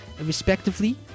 respectively